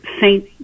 saint